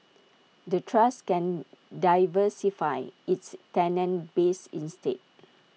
the trust can diversify its tenant base instead